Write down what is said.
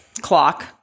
clock